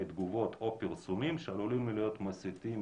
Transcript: תגובות או פרסומים שעלולים להיות מסיתים